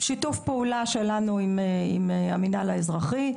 שיתוף פעולה שלנו עם המנהל האזרחי,